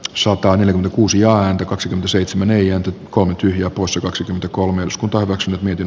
osaltaan yli kuusi ja kaksikymmentäseitsemän neliötä kohden ja bussi kaksikymmentäkolme osku torro z nyt miten